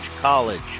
college